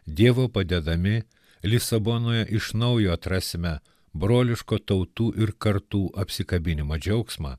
dievo padedami lisabonoje iš naujo atrasime broliškų tautų ir kartų apsikabinimą džiaugsmą